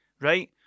right